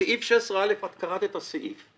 סעיף 16א, קראת את הסעיף.